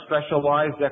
specialized